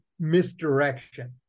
Misdirection